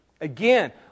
Again